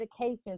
medications